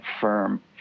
firm